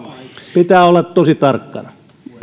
pitää olla tosi tarkkana